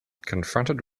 confronted